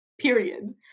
period